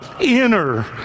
inner